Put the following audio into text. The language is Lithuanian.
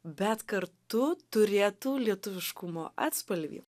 bet kartu turėtų lietuviškumo atspalvį